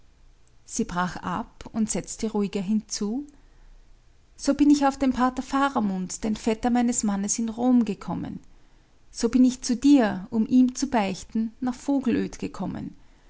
sie brach ab und setzte ruhiger hinzu so bin ich auf den pater faramund den vetter meines mannes in rom gekommen so bin ich zu dir um ihm zu beichten nach vogelöd gekommen